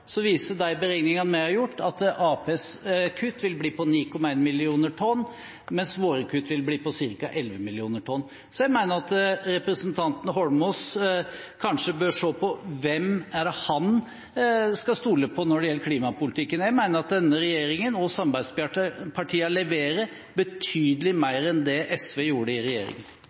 Så jeg mener at representanten Eidsvoll Holmås kanskje bør se på hvem han skal stole på i klimapolitikken. Jeg mener at denne regjeringen og samarbeidspartiene leverer betydelig mer enn det SV gjorde i regjering. Replikkordskiftet er over. Regjeringen